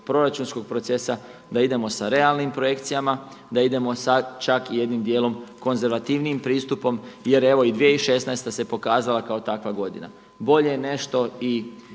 proračunskog procesa da idemo sa realnim projekcijama, da idemo sa čak i jednim dijelom konzervativnijim pristupom jer evo 2016. se pokazala kao takva godina. Bolje nešto i